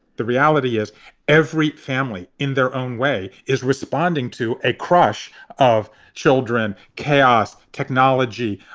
the reality is every family in their own way is responding to a crush of children, chaos, technology,